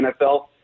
NFL